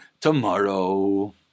tomorrow